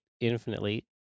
infinitely